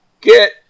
get